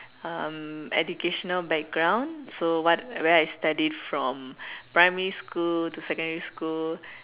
um educational background so what where I studied from primary school to secondary school